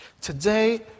Today